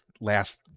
last